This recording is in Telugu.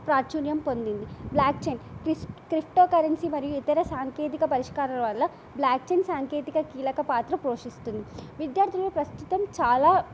ప్రాచుర్యం పొందింది బ్లాక్ చైన్ క్రిస్ క్రిప్టో కరెన్సీ మరియు ఇతర సాంకేతిక పరిష్కారాల వల్ల బ్లాక్చైన్ సాంకేతిక కీలక పాత్ర పోషిస్తుంది విద్యార్థులు ప్రస్తుతం చాలా